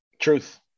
Truth